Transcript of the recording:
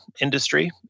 industry